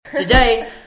Today